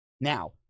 Now